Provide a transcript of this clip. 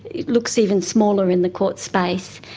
it looks even smaller in the court space,